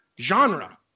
genre